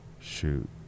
Shoot